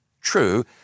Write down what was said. true